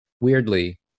weirdly